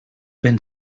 ben